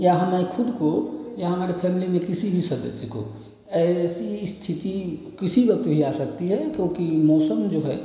या हमें खुद को या हमारे फेमिली में किसी भी सदस्य को ऐसी स्थिति किसी वक्त भी आ सकती है क्योंकि मौसम जो है